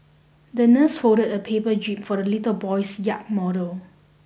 the nurse folded a paper jib for the little boy's yacht model